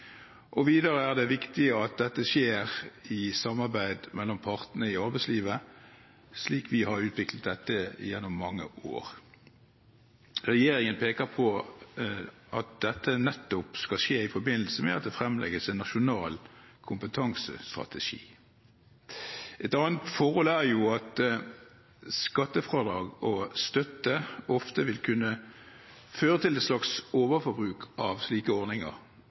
og videre er det viktig at dette skjer i samarbeid mellom partene i arbeidslivet, slik vi har utviklet dette gjennom mange år. Regjeringen peker på at dette nettopp skal skje i forbindelse med at det fremlegges en nasjonal kompetansestrategi. Et annet forhold er at skattefradrag og støtte ofte vil kunne føre til et slags overforbruk av slike ordninger.